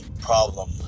problem